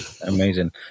Amazing